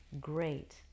great